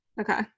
okay